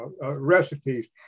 recipes